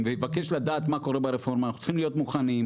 ויבקש לדעת מה קורה ברפורמה אנחנו צריכים להיות מוכנים,